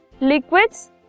Liquids